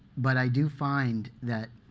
but i do find that